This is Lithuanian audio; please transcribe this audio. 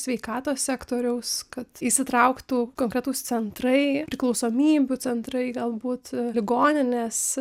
sveikatos sektoriaus kad įsitrauktų konkretūs centrai priklausomybių centrai galbūt ligoninės